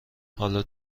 حالا